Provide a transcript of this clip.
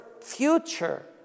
future